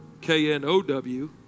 K-N-O-W